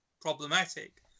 problematic